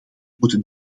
moeten